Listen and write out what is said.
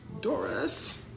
Doris